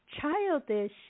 Childish